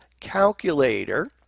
Calculator